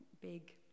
big